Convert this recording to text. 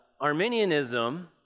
Arminianism